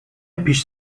پیش